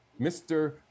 Mr